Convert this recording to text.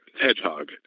hedgehog